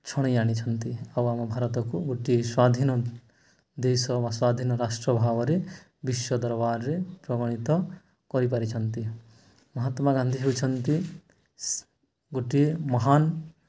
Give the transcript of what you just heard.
ଛଣେଇ ଆଣିଛନ୍ତି ଆଉ ଆମ ଭାରତକୁ ଗୋଟିଏ ସ୍ଵାଧୀନ ଦେଶ ବା ସ୍ଵାଧୀନ ରାଷ୍ଟ୍ର ଭାବରେ ବିଶ୍ୱ ଦରବାରରେ ପ୍ରଗଣିତ କରିପାରିଛନ୍ତି ମହାତ୍ମା ଗାନ୍ଧୀ ହେଉଛନ୍ତି ଗୋଟିଏ ମହାନ